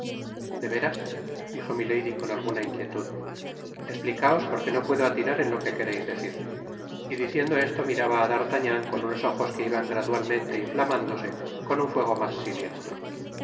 de veras dijo milady con alguna inquietud esplicaos porque no puedo atinar en lo que quereis decir y diciendo esto miraba á d'artagnan con unos ojos que iban gradualmente inflamándose con un fuego mas siniestro si